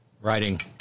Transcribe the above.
writing